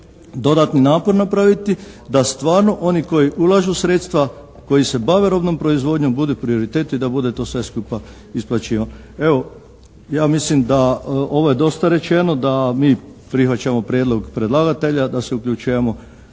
dodatni napor napraviti da stvarno oni koji ulažu sredstva, koji se bave robnom proizvodnjom bude prioritet i da bude to sve skupa isplaćivano. Evo, ja mislim da ovo je dosta rečeno da mi prihvaćamo prijedlog predlagatelja da se uključujemo